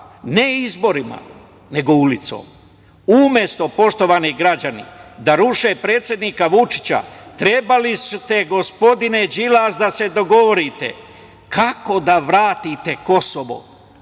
ne izborima, nego ulicom? Umesto, poštovani građani, da ruše predsednika Vučića, trebali ste, gospodine Đilas, da se dogovorite kako da vratite Kosovo